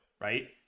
right